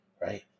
right